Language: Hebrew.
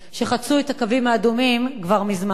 שחצו את הקווים האדומים כבר מזמן.